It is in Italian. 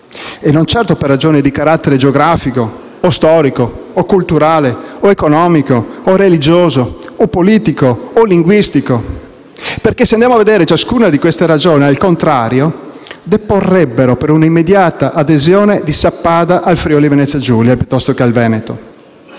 e non certo per ragioni di carattere geografico, storico, culturale, economico, religioso, politico o linguistico. Se andiamo a vedere, ciascuna di queste ragioni, al contrario, deporrebbe per una immediata adesione di Sappada al Friuli-VeneziaGiulia, piuttosto che al Veneto.